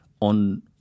on